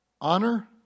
honor